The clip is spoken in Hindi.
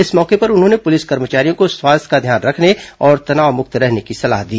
इस मौके पर उन्होंने पुलिसकर्मियों को स्वास्थ्य का ध्यान रखने और तनावमुक्त रहने की सलाह दी